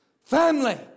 family